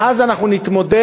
ואז אנחנו נתמודד